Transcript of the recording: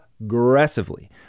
aggressively